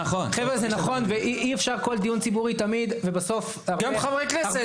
גם חברי כנסת.